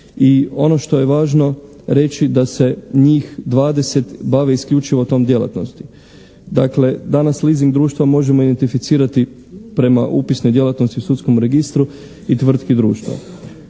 ono što je važno reći da se njih 20 bavi isključivo tom djelatnosti. Dakle, danas leasing društva možemo identificirati prema upisnoj djelatnosti u sudskom registru i tvrtki društva.